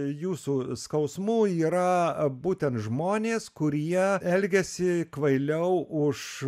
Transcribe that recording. jūsų skausmų yra būtent žmonės kurie elgiasi kvailiau už